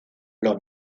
los